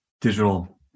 digital